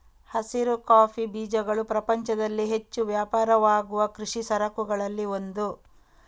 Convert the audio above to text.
ಹಸಿರು ಕಾಫಿ ಬೀಜಗಳು ಪ್ರಪಂಚದಲ್ಲಿ ಹೆಚ್ಚು ವ್ಯಾಪಾರವಾಗುವ ಕೃಷಿ ಸರಕುಗಳಲ್ಲಿ ಒಂದು